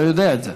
אתה יודע את זה.